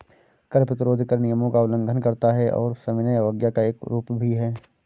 कर प्रतिरोध कर नियमों का उल्लंघन करता है और सविनय अवज्ञा का एक रूप भी है